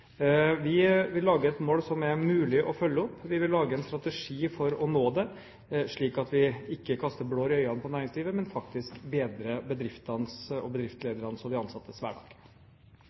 Vi vil lage et mål som er mulig å følge opp. Vi vil lage en strategi for å nå det, slik at vi ikke kaster blår i øynene på næringslivet, men faktisk bedrer bedriftenes og bedriftsledernes og de ansattes hverdag.